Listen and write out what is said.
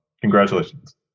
congratulations